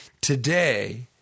today